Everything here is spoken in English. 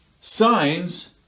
signs